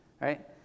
Right